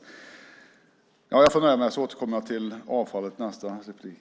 Jag nöjer mig med det så länge och återkommer till avfallet i nästa replik.